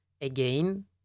again